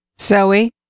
Zoe